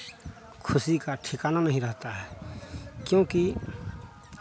खुशी का ठिकाना नहीं रहता है क्योंकि